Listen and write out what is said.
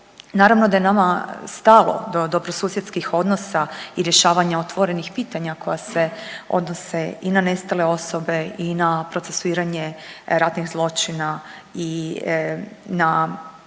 Naravno da je nama stalo do dobrosusjedskih odnosa i rješavanja otvorenih pitanja koja se odnose i na nestale osobe i na procesuiranje ratnih zločina i na